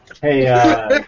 Hey